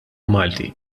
malti